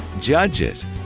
Judges